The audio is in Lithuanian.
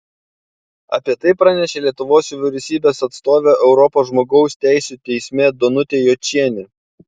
apie tai pranešė lietuvos vyriausybės atstovė europos žmogaus teisių teisme danutė jočienė